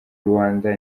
rwanda